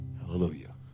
Hallelujah